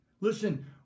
Listen